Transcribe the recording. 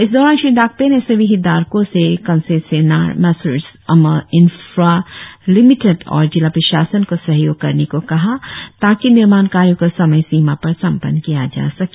इस दौरान श्री दाकपे ने सभी हितधारकों से concessionaire messrs Amar infra limited और जिला प्रशासन को सहयोग करने को कहा ताकि निर्माण कार्य को समय सीमा पर संपन्न किया जा सके